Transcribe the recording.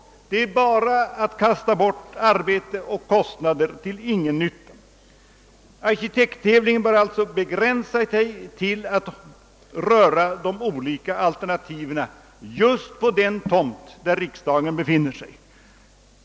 Det är bara att kasta bort arbete och kostnader till ingen nytta. Arkitekttävlingen bör alltså begränsas till att röra de olika alternativen just på den tomt där riksdagen nu befinner sig.